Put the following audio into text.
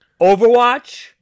Overwatch